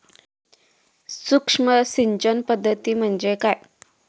सूक्ष्म सिंचन पद्धती म्हणजे काय?